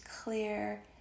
clear